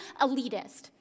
elitist